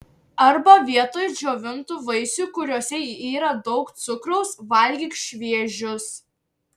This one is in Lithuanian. arba vietoj džiovintų vaisių kuriuose yra daug cukraus valgyk šviežius